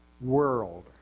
World